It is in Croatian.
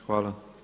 Hvala.